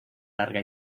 larga